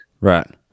Right